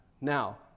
Now